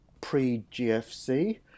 pre-GFC